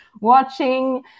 watching